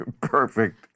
perfect